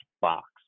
box